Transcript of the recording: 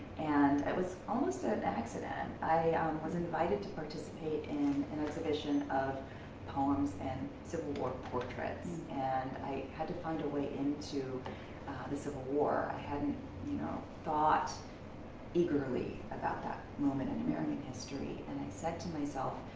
and it was almost an accident. i um was invited to participate in an exhibition of poems and civil war portraits and i had to find a way into the civil war. i hadn't you know thought eagerly about that moment in american history and i said to myself,